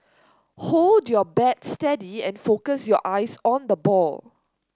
hold your bat steady and focus your eyes on the ball